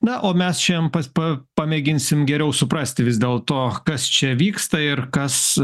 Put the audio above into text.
na o mes šiandien pas pa pamėginsim geriau suprasti vis dėl to kas čia vyksta ir kas